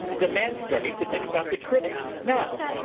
the man's starting to think about the critics now!